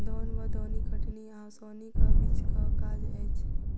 दौन वा दौनी कटनी आ ओसौनीक बीचक काज अछि